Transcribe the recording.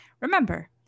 Remember